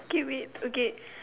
K wait okay